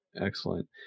excellent